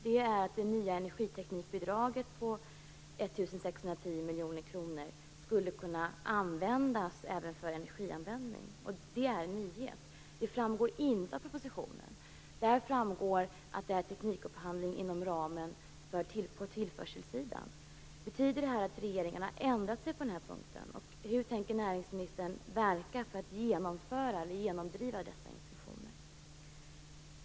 Det gäller då att det nya energiteknikbidraget på 1 610 miljoner kronor skulle kunna användas även för energianvändning. Det är en nyhet. Det är inte något som framgår av propositionen. Där framhålls att det gäller teknikupphandling på tillförselsidan. Betyder det här att regeringen har ändrat sig på den här punkten? Hur tänker näringsministern verka för att genomdriva dessa intentioner?